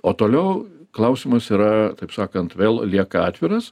o toliau klausimas yra taip sakant vėl lieka atviras